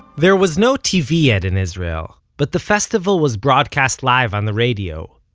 there was no tv yet in israel, but the festival was broadcast live on the radio,